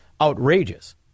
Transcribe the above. outrageous